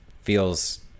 feels